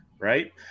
right